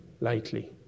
lightly